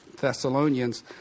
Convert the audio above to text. Thessalonians